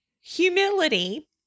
humility